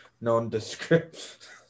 nondescript